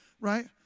right